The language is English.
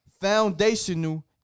foundational